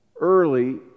Early